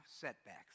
setbacks